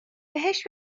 بهش